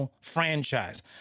franchise